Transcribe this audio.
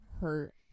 hurt